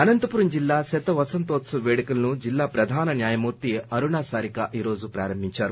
అనంతపురం జిల్లా శత వసంతోత్సవ పేడుకలను జిల్లా ప్రధాన న్యాయమూర్తి అరుణ సారిక ఈరోజు ప్రారంభించారు